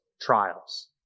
trials